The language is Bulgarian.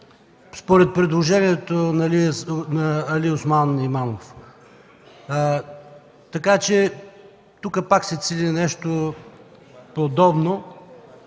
според предложението на Алиосман Имамов. Така че тук пак се цели нещо подобно.